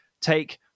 take